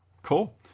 Cool